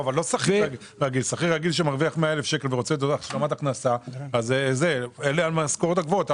אבל לא שכיר רגיל; אלה עם המשכורות הגבוהות.